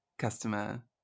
Customer